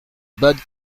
bad